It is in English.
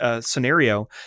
Scenario